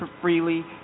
freely